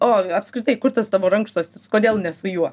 o apskritai kur tas tavo rankšluostis kodėl ne su juo